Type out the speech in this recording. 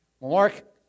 Mark